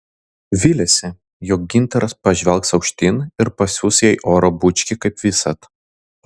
vylėsi jog gintaras pažvelgs aukštyn ir pasiųs jai oro bučkį kaip visad